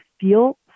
feel